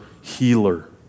Healer